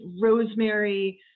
rosemary